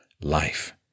life